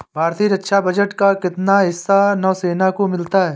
भारतीय रक्षा बजट का कितना हिस्सा नौसेना को मिलता है?